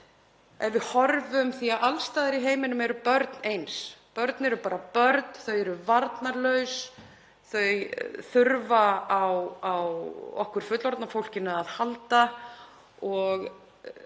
fjölskyldum. Því að alls staðar í heiminum eru börn eins. Börn eru bara börn. Þau eru varnarlaus, þau þurfa á okkur fullorðna fólkinu að halda og það er svo erfitt